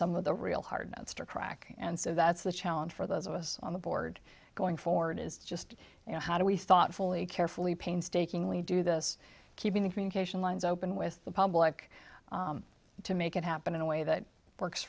some of the real hard to crack and so that's the challenge for those of us on the board going forward is just you know how do we thoughtfully carefully painstakingly do this keeping the communication lines open with the public to make it happen in a way that works